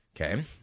Okay